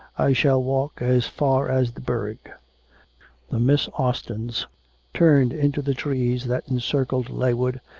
i shall walk as far as the burgh the miss austins turned into the trees that encircled leywood,